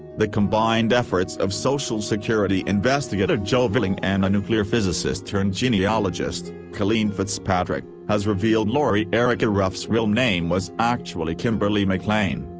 the combined efforts of social security investigator joe velling and a nuclear physicist turned genealogist, colleen fitzpatrick, has revealed lori erica ruff's real name was actually kimberly mclean,